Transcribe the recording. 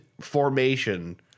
formation